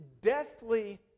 deathly